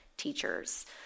teachers